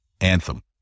Anthem